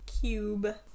cube